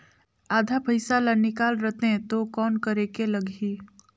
आधा पइसा ला निकाल रतें तो कौन करेके लगही?